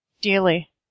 Daily